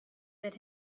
that